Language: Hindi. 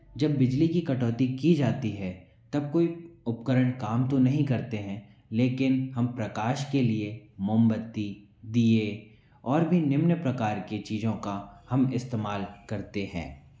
जब बिजली की कटौती की जाती है तब कोई उपकरण काम तो नहीं करतें हैं लेकिन हम प्रकाश के लिए मोमबत्ती दिये और भी निम्न प्रकार के चीज़ों का हम इस्तेमाल करते हैं